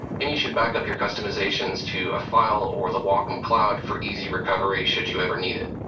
and you should backup your customizations to a file or the wacom cloud for easy recovery should you ever need it.